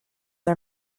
are